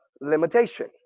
limitation